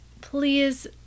please